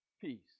peace